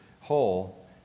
whole